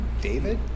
David